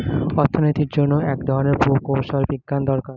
অর্থনীতির জন্য এক ধরনের প্রকৌশল বিজ্ঞান দরকার